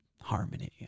harmony